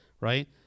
right